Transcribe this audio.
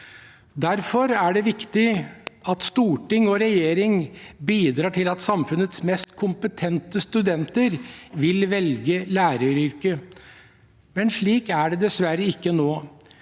Derfor er det viktig at storting og regjering bidrar til at samfunnets mest kompetente studenter vil velge læreryrket. Slik er det dessverre ikke nå.